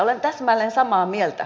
olen täsmälleen samaa mieltä